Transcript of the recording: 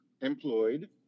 employed